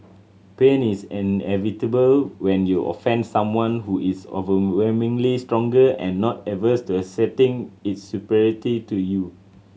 pain is inevitable when you offend someone who is overwhelmingly stronger and not averse to asserting its superiority to you